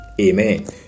Amen